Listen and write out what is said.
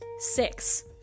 Six